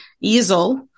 easel